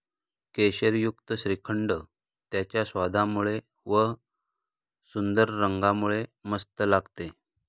केशरयुक्त श्रीखंड त्याच्या स्वादामुळे व व सुंदर रंगामुळे मस्त लागते